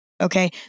okay